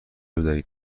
بدهید